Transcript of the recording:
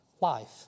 life